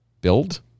build